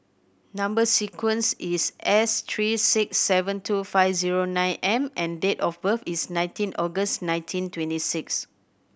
number sequence is S three six seven two five zero nine M and date of birth is nineteen August nineteen twenty six